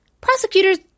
Prosecutors